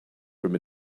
from